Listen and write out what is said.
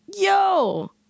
Yo